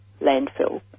landfill